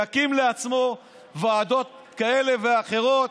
יקים לעצמו ועדות כאלה ואחרות,